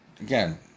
Again